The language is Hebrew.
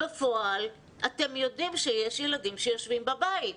בפועל אתם יודעים שיש ילדים שיושבים בבית,